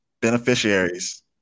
beneficiaries